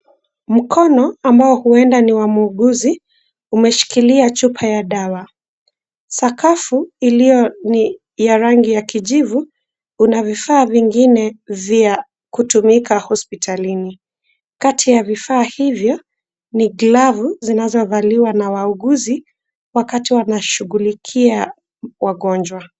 Mkono ambao huenda ni wa muuguzi, umeshikilia chupa ya dawa. Sakafu iliyo ni ya rangi ya kijivu, kuna vifaa vingine vya kutumika hospitalini. Kati ya vifaa hivyo, ni glavu zinazovaliwa na wauguzi, wakati wanashughulikia wagonjwa.